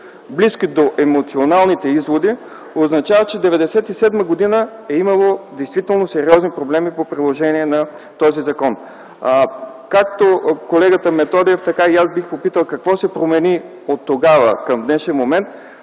близки до емоционалните изводи, означава, че през 1997 г. е имало действително сериозно проблеми по приложението на този закон. Както колегата Методиев, така и аз бих попитал: какво се промени от тогава към днешния момент,